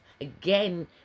again